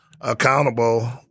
accountable